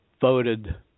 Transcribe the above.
voted